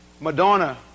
Madonna